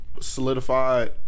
solidified